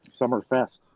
Summerfest